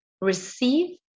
Receive